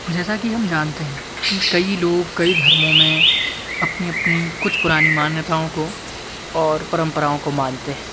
जैसा कि हम जानते हैं कि कई लोग कई धर्मों में अपनी अपनी कुछ पुरानी मान्यताओं को और परंपराओं को मानते हैं